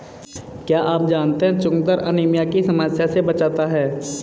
क्या आप जानते है चुकंदर एनीमिया की समस्या से बचाता है?